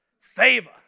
Favor